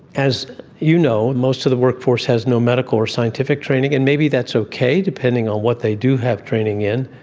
as you know, most of the workforce has no medical or scientific training, and maybe that's okay, depending on what they do have training in.